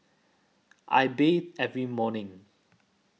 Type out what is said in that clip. I bathe every morning